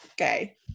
Okay